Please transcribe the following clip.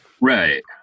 Right